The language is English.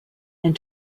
and